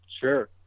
Sure